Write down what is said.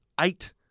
eight